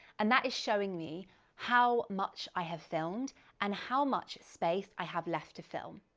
and that is showing me how much i have filmed and how much space i have left to film.